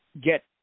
get